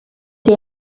see